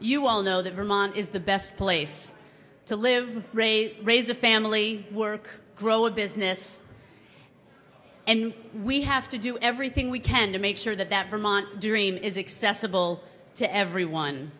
you all know that vermont is the best place to live raise raise a family work grow a business and we have to do everything we can to make sure that that vermont dream is excessive full to everyone